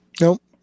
Nope